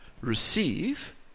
Receive